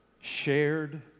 shared